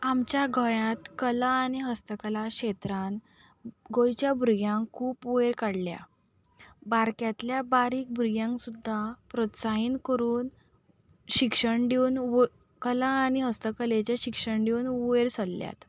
आमच्या गोंयांत कला आनी हस्तकला क्षेत्रान गोंयच्या भुरग्यांक खूब वयर काडल्यां बारक्यांतल्या बारीक भुरग्यांक सुद्दां प्रोत्साहीत करून शिक्षण दिवन कला आनी हस्तकलेचें शिक्षण दिवन वयर सरल्यात